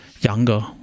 younger